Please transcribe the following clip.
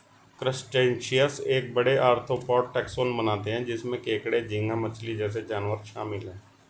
crustaceans एक बड़े, arthropod taxon बनाते हैं जिसमें केकड़े, झींगा मछली जैसे जानवर शामिल हैं